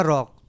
Rock